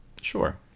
Sure